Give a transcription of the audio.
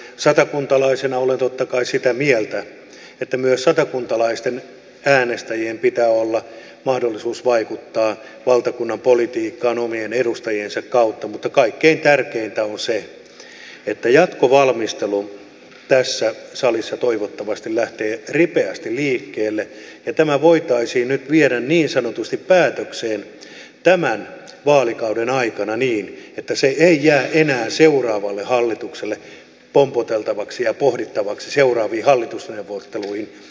satakuntalaisena olen totta kai sitä mieltä että myös satakuntalaisilla äänestäjillä pitää olla mahdollisuus vaikuttaa valtakunnan politiikkaan omien edustajiensa kautta mutta kaikkein tärkeintä on se että jatkovalmistelu tässä salissa toivottavasti lähtee ripeästi liikkeelle ja tämä voitaisiin nyt viedä niin sanotusti päätökseen tämän vaalikauden aikana niin että se ei jää enää seuraavalle hallitukselle pompoteltavaksi ja seuraaviin hallitusneuvotteluihin pohdittavaksi